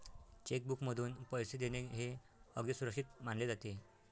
check बुकमधून पैसे देणे हे अगदी सुरक्षित मानले जाते